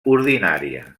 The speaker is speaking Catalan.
ordinària